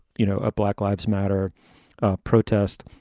you know, black lives matter protest.